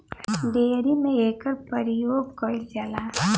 dairy में एकर परियोग कईल जाला